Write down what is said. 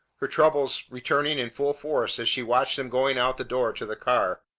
her troubles returning in full force as she watched them going out the door to the car,